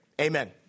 Amen